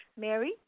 Mary